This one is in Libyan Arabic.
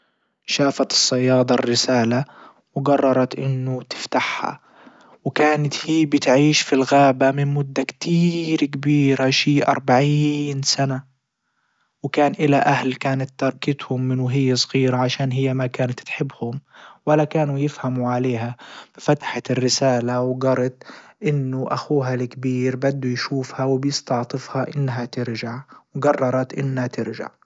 شافت الصيادة الرسالة وجررت انه تفتحها. وكانت في بتعيش في الغابة من مدة كتير كبيرة شي اربعين سنة وكان الا اهل كانت تاركتهم من وهي صغيرة عشان هي ما كانت تحبهم ولا كانوا يفهموا عليها ففتحت الرسالة وجرت انه اخوها الكبير بده يشوفها وبيستعطفها انها ترجع وجررت انها ترجع.